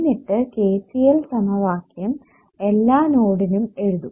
എന്നിട്ട് KCL സമവാക്യം എല്ലാ നോഡിനും എഴുത്തും